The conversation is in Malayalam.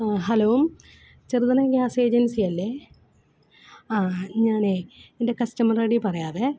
ആ ഹലോ ചെറുതലയം ഗ്യാസ് ഏജൻസിയല്ലേ ആ ഞാനേയ് എന്റെ കസ്റ്റമർ ഐ ഡി പറയാമേ